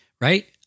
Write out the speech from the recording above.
Right